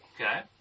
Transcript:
Okay